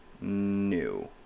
new